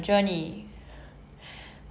I don't know but anyways yes um